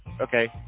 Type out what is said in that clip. Okay